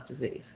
disease